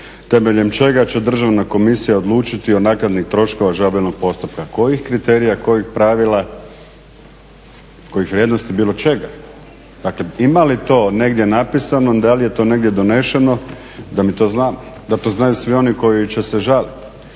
temeljem čega će državna komisija odlučiti o naknadi troškova žalbenog postupka, kojih kriterija, kojih pravila, kojih vrijednosti bilo čega. Dakle ima li to negdje napisano, da li je to negdje donešeno da to znaju svi oni koji će se žaliti,